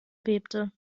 bebte